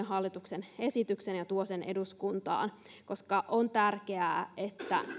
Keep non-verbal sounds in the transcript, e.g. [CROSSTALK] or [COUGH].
[UNINTELLIGIBLE] hallituksen esityksen ja tuo sen eduskuntaan koska on tärkeää että